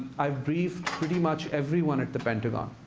i've briefed pretty much everyone at the pentagon.